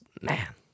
Man